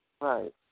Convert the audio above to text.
Right